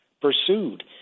pursued